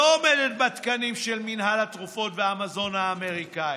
שלא עומדת בתקנים של מינהל התרופות והמזון האמריקאי,